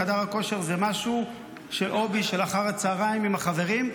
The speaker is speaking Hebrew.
חדר הכושר זה הובי של אחר הצוהריים עם החברים.